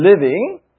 living